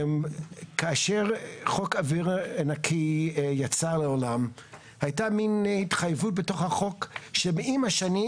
כאשר חוק אוויר נקי יצא לעולם הייתה מן התחייבות בתוך החוק שעם השנים,